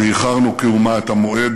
ואיחרנו, כאומה, את המועד